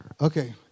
Okay